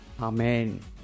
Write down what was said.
Amen